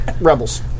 Rebels